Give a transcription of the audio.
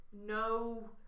No